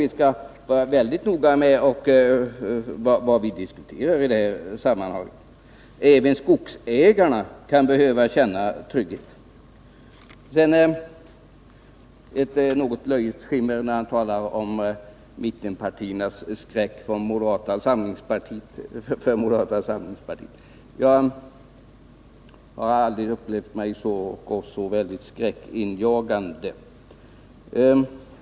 Vi skall vara mycket noga med hur vi uttrycker oss i detta sammanhang. Även skogsägarna kan behöva känna trygghet. Svante Lundkvist fick närmast ett löjets skimmer över sig när han talade om mittenpartiernas skräck för moderata samlingspartiet. Jag har aldrig upplevt mig som särskilt skräckinjagande.